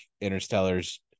Interstellar's